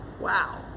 Wow